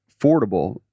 affordable